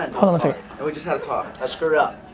i'm sorry. and we just had a talk. i screwed up.